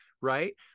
right